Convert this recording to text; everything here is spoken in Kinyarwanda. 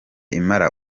impala